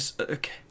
Okay